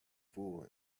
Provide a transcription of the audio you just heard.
full